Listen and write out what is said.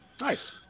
Nice